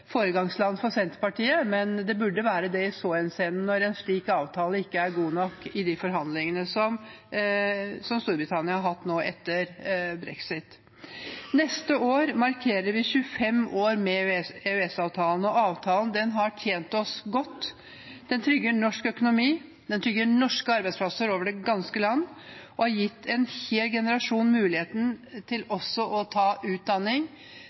foregangsland for Senterpartiet, men det burde være det i så henseende når en slik avtale ikke er god nok i forhandlingene som Storbritannia har hatt etter brexit. Neste år markerer vi 25 år med EØS-avtalen, og avtalen har tjent oss godt. Den trygger norsk økonomi, den trygger norske arbeidsplasser over det ganske land, og den har gitt en hel generasjon muligheten til å ta utdanning